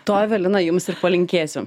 to evelina jums ir palinkėsiu